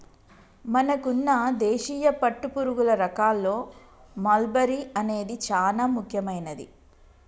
మనకున్న దేశీయ పట్టుపురుగుల రకాల్లో మల్బరీ అనేది చానా ముఖ్యమైనది